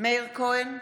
מאיר כהן,